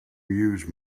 use